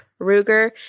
Ruger